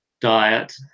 diet